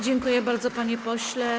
Dziękuję bardzo, panie pośle.